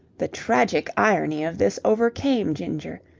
the tragic irony of this overcame ginger.